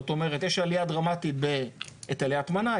כי יש עלייה דרמטית בהיטלי הטמנה,